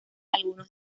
algunos